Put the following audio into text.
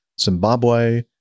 Zimbabwe